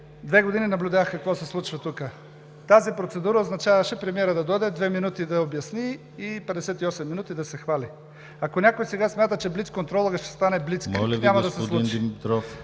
Две години наблюдавах какво се случва тук. Тази процедура означаваше премиерът да дойде, за две минути да обясни и 58 минути да се хвали. Ако някой сега смята, че блицконтролът ще стане блиц, това няма да се случи.